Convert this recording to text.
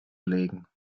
legen